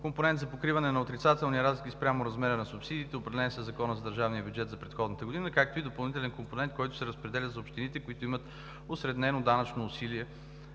компонент за покриване на отрицателни разлики спрямо размера на субсидията, определен със Закона за държавния бюджет за предходната 2018 г., както и допълнителен компонент, който се разпределя за общините, които имат осреднено данъчно усилие